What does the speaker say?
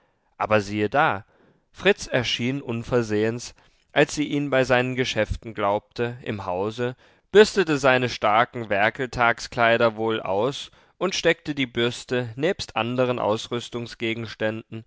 aber siehe da fritz erschien unversehens als sie ihn bei seinen geschäften glaubte im hause bürstete seine starken werkeltagskleider wohl aus und steckte die bürste nebst anderen